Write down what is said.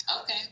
okay